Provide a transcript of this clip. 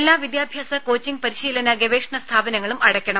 എല്ലാവിദ്യാഭ്യാസ coaching പരിശീലന ഗവേഷണ സ്ഥാപനങ്ങളും അടയ്ക്കണം